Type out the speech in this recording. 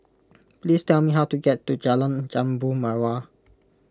please tell me how to get to Jalan Jambu Mawar